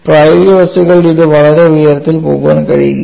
പ്രായോഗിക വസ്തുക്കളിൽ ഇത് വളരെ ഉയരത്തിൽ പോകാൻ കഴിയില്ല